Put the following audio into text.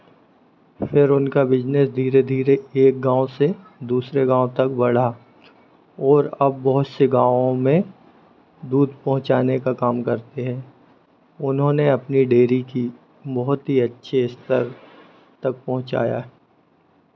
फिर उनका बिज़नेस धीरे धीरे एक गाँव से दूसरे गाँव तक बढ़ा और अब बहुत से गाँवों में दूध पहुँचाने का काम करते हैं उन्होंने अपनी डेयरी की बहुत ही अच्छे स्तर तक पहुँचाया है